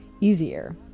easier